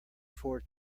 four